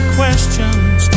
questions